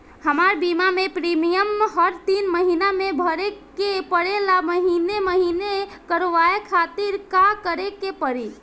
हमार बीमा के प्रीमियम हर तीन महिना में भरे के पड़ेला महीने महीने करवाए खातिर का करे के पड़ी?